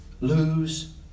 lose